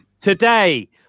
today